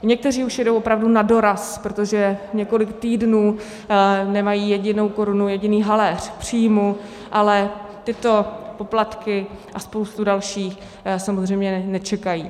Někteří už jedou opravdu nadoraz, protože několik týdnů nemají jedinou korunu, jediný haléř příjmu, ale tyto poplatky a spoustu dalších samozřejmě nečekají.